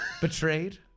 Betrayed